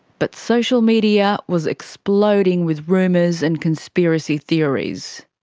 but social media was exploding with rumours and conspiracy theories.